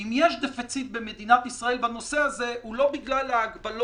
אם יש דפיציט במדינת ישראל בנושא הזה הוא לא בגלל ההגבלות